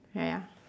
ya ya